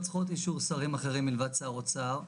צריכות אישור שרים אחרים מלבד שר אוצר.